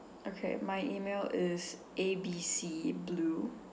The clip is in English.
okay my email is A B C blue